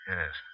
Yes